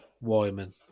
Wyman